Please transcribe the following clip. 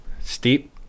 Steep